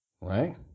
right